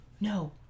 No